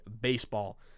Baseball